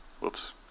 Whoops